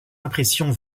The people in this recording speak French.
impressions